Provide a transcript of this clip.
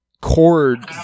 chords